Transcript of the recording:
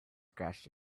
scratched